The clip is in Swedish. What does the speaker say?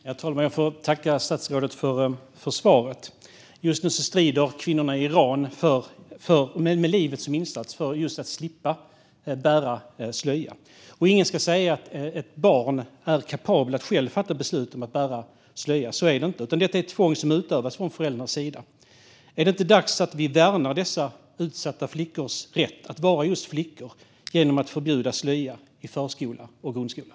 Herr talman! Jag får tacka statsrådet för svaret. Just nu strider kvinnorna i Iran med livet som insats för att slippa bära slöja. Ingen ska säga att ett barn är kapabelt att självt fatta beslut om att bära slöja. Så är det inte, utan detta är ett tvång som utövas från föräldrarnas sida. Är det inte dags att vi värnar dessa utsatta flickors rätt att vara just flickor genom att förbjuda slöja i förskolan och grundskolan?